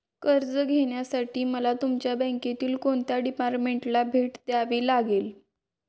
कर्ज घेण्यासाठी मला तुमच्या बँकेतील कोणत्या डिपार्टमेंटला भेट द्यावी लागेल?